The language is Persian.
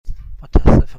متاسفم